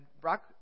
Brock